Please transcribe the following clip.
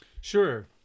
Sure